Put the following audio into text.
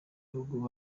bihugu